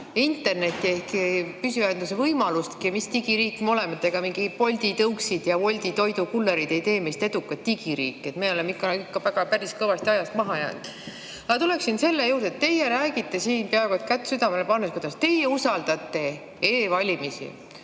internetti ehk püsiühenduse võimalustki. Mis digiriik me oleme? Ega mingid Bolti tõuksid ja Wolti toidukullerid ei tee meist edukat digiriiki. Me oleme ikka päris kõvasti ajast maha jäänud. Aga ma tulen selle juurde, et teie räägite siin peaaegu et kätt südamele pannes, kuidas teie usaldate e‑valimisi.